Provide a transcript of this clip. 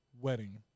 wedding